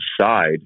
side